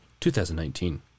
2019